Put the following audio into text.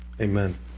amen